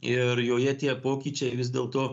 ir joje tie pokyčiai vis dėlto